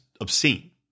obscene